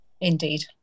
Indeed